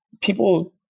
people